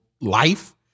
life